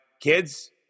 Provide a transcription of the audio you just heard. kids